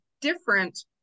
different